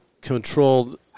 controlled